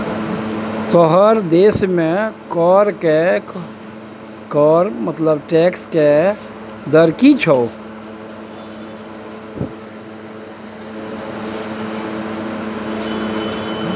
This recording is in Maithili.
तोहर देशमे कर के दर की छौ?